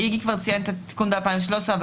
איגי כבר ציין את התיקון ב-2013 אבל